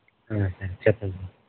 సరే చెప్పండి